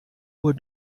uhr